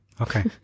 Okay